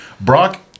Brock